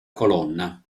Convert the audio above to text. colonna